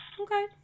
Okay